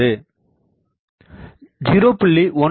18 இருந்து 0